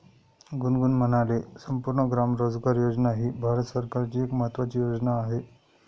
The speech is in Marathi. गुनगुन म्हणाले, संपूर्ण ग्राम रोजगार योजना ही भारत सरकारची एक महत्त्वाची योजना आहे